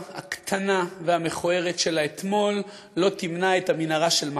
הקטנה והמכוערת של האתמול לא תמנע את המנהרה של מחר.